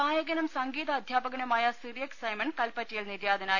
ഗായകനും സംഗീതാധ്യാപകനുമായ സിറിയക് സൈമൺ കൽപ്പറ്റയിൽ നിര്യാതനായി